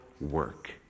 work